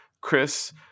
Chris